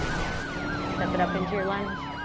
step it up into your lunge